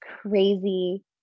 crazy